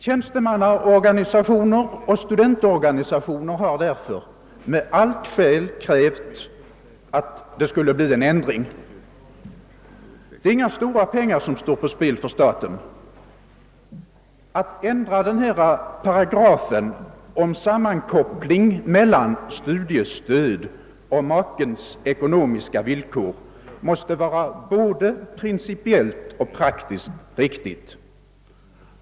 Tjänstemannaorganisationer och studentorganisationer har därför med allt skäl krävt en ändring. Det är inga stora pengar som står på spel för staten. Att ändra paragrafen om sammankoppling av studiestöd och makens ekonomiska villkor måste vara både principiellt och praktiskt riktigt.